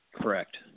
Correct